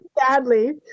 Sadly